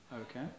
Okay